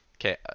okay